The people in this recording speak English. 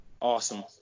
Awesome